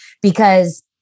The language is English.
Because-